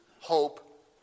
hope